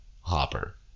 Hopper